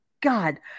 God